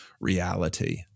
reality